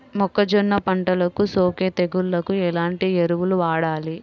మొక్కజొన్న పంటలకు సోకే తెగుళ్లకు ఎలాంటి ఎరువులు వాడాలి?